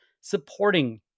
supporting